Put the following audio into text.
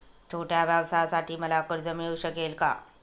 छोट्या व्यवसायासाठी मला कर्ज मिळू शकेल का?